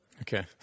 Okay